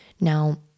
Now